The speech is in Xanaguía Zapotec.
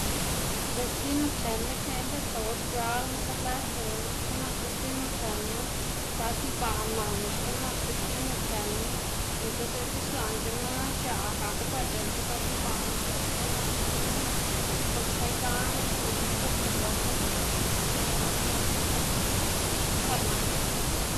destino chenma xnená desde or c̲h̲alma talbes dela xkuꞌn nak destino chenma dad ibaꞌ nanla xkuꞌn nak destino chenma nikl diꞌltse xlaꞌnc̲h̲ema x̱aꞌ gaku per diꞌltse dad ibaꞌ nanla xkuꞌn naku bos xka ibanma guꞌn ziꞌdta loma gunu nak guꞌn par naꞌ.